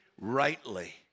rightly